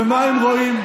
ומה הם רואים?